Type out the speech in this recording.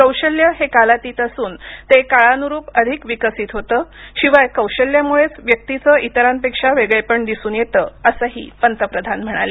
कौशल्य हे कालातीत असून ते काळानुरूप अधिक विकसित होतं शिवाय कौशल्यामुळेच व्यक्तीच इतरांपेक्षा वेगळेपण दिसून येतं असंही पंतप्रधान म्हणाले